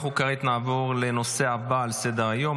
אנחנו כעת נעבור לנושא הבא על סדר-היום,